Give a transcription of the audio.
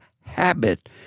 habit